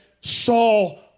Saul